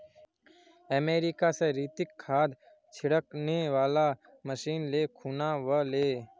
America स रितिक खाद छिड़कने वाला मशीन ले खूना व ले